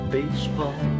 Baseball